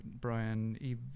Brian